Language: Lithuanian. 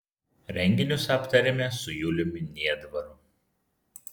renginius aptarėme su juliumi niedvaru